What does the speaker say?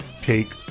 Take